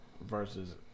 versus